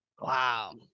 Wow